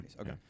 Okay